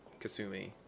Kasumi